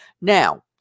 now